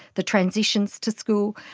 the transitions to school,